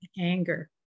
anger